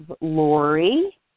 Lori